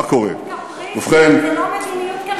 זאת מדיניות קפריזית, זה לא מדיניות כלכלית.